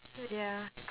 oh dear